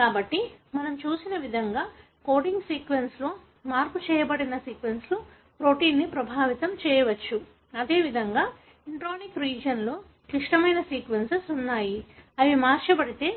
కాబట్టి మనం చూసిన విధంగానే కోడింగ్ సీక్వెన్స్లో మార్పు చేయబడిన సీక్వెన్స్లు ప్రోటీన్ను ప్రభావితం చేయవచ్చు అదే విధంగా ఇంట్రానిక్ రీజియన్లో క్లిష్టమైన సీక్వెన్స్ ఉన్నాయి అవి మార్చబడితే